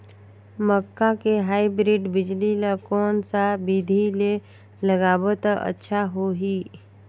मक्का के हाईब्रिड बिजली ल कोन सा बिधी ले लगाबो त अच्छा होहि?